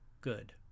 good